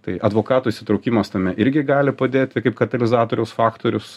tai advokatų įsitraukimas tame irgi gali padėti kaip katalizatoriaus faktorius